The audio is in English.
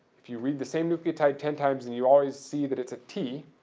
if you read the same nucleotide ten times and you always see that it's a t,